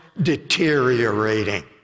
deteriorating